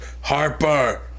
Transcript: Harper